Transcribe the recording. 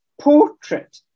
Portrait